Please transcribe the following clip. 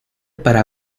para